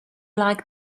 like